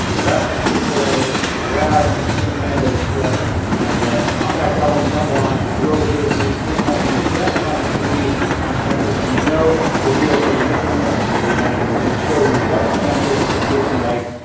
grab some chick-fil-a grab some panda express and ah hop back out on the front lawn, throw the frisbee springtime, one of the best times to be on campus and we know that you have been missing it. so we wanted to at least show you what campus is looking like.